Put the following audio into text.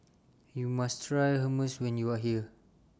YOU must Try Hummus when YOU Are here